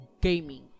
gaming